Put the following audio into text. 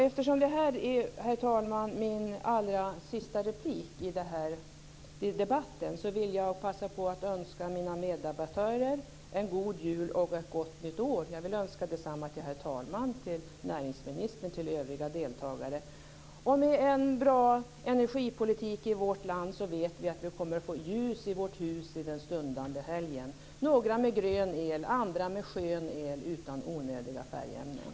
Eftersom det här, herr talman, är min allra sista replik i den här debatten, vill jag passa på att önska mina meddebattörer en god jul och ett gott nytt år. Jag vill önska detsamma till herr talmannen, till näringsministern och till övriga som deltar här. Och med en bra energipolitik i vårt land, vet vi att vi kommer att få ljus i vårt hus den stundande helgen - några med grön el, andra skön el utan onödiga färgämnen.